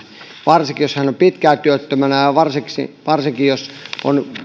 varsinkin jos hän on pitkään työttömänä ja varsinkin jos on